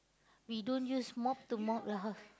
we don't use mop to mop the house